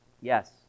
Yes